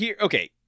Okay